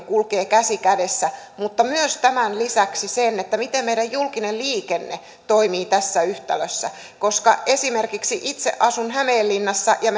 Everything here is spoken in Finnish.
kulkevat käsi kädessä mutta myös tämän lisäksi siihen miten meidän julkinen liikenne toimii tässä yhtälössä esimerkiksi itse asun hämeenlinnassa ja